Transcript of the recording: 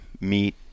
meat